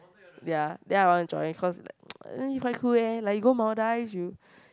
ya then I wanna join cause it's like quite cool eh like you go Maldives you